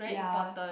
ya